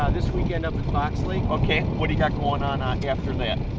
ah this weekend up at fox lake. ok. what do you got going on ah and after that?